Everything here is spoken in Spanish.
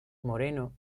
moreno